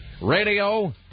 Radio